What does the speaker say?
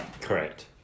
Correct